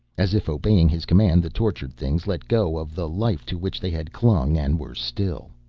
as if obeying his command, the tortured things let go of the life to which they had clung and were still.